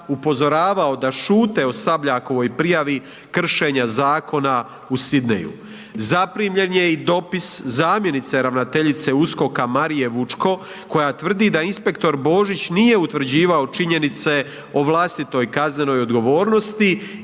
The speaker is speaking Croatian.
upozoravao da šute o Sabljakovoj prijavi kršenja zakona u Sidneyju, zaprimljen je i dopis zamjenice ravnateljice USKOK-a Marije Vučko koja tvrdi da inspektor Božić nije utvrđivao činjenice o vlastitoj kaznenoj odgovornosti